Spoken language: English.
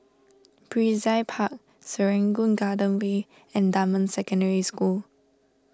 Brizay Park Serangoon Garden Way and Dunman Secondary School